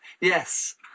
Yes